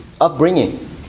upbringing